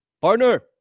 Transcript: Partner